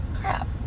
Crap